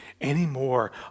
anymore